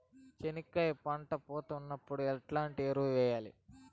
చెనక్కాయలు పంట పూత ఉన్నప్పుడు ఎట్లాంటి ఎరువులు వేయలి?